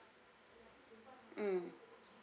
mm